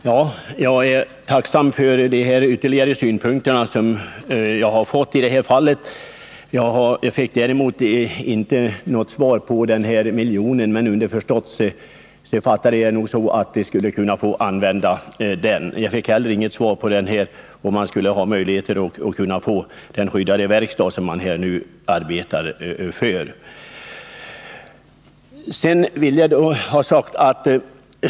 Herr talman! Jag är tacksam för de ytterligare synpunkter som industriministern har framfört. Han svarade däremot inte på min fråga om den här miljonen, men det var kanske underförstått att man skulle få använda den. Jag fick inte heller svar på frågan om Storfors skulle kunna få den skyddade verkstaden.